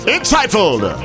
Entitled